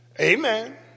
amen